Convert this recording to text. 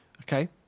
okay